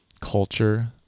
culture